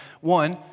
One